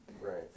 right